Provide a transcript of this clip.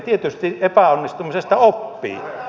tietysti epäonnistumisesta oppii